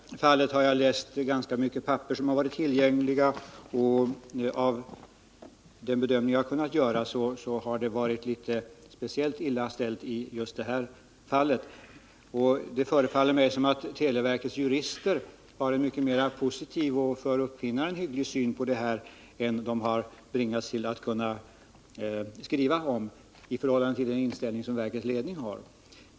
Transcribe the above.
Herr talman! När det gäller det här fallet har jag läst ganska mycket av de papper som varit tillgängliga, och enligt den bedömning som jag kunnat göra har det varit speciellt illa ställt i detta fall. Det förefaller mig som om televerkets jurister har en mycket mera positiv och för uppfinnaren hygglig syn på frågan än de har kunnat skriva om med hänsyn till den inställning som verkets ledning har.